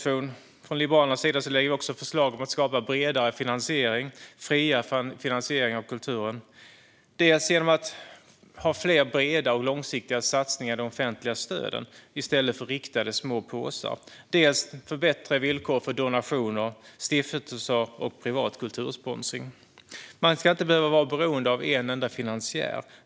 I Liberalernas budgetmotion lägger vi också fram förslag om att skapa en bredare och friare finansiering av kulturen, dels genom att ha fler breda och långsiktiga satsningar i de offentliga stöden i stället för riktade små påsar, dels genom bättre villkor för donationer, stiftelser och privat kultursponsring. Man ska inte behöva vara beroende av en enda finansiär.